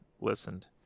listened